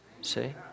See